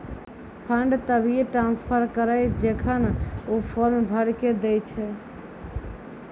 fund तभिये transfer करऽ जेखन ऊ फॉर्म भरऽ के दै छै